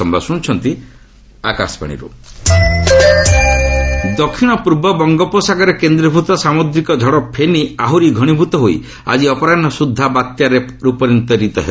cyclone ଦକ୍ଷିଣପୂର୍ବ ବଙ୍ଗୋପସାଗରରେ କେନ୍ଦ୍ରୀଭୂତ ସାମୁଦ୍ରିକ ଝଡ଼ ଫନି ଆହୁରି ଘନିଭୂତ ହୋଇ ଆଜି ଅପରାହୁ ସୁଦ୍ଧା ବାତ୍ୟାରେ ପରିଣତ ହେବ